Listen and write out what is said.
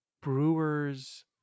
brewer's